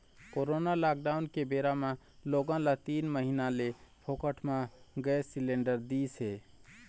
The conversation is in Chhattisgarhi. कोरोना लॉकडाउन के बेरा म लोगन ल तीन महीना ले फोकट म गैंस सिलेंडर दिस हे